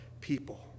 people